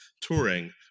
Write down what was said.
touring